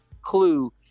clue